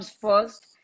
first